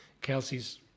Kelsey's